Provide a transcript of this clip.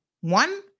one